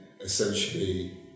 essentially